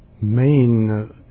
main